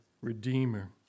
Redeemer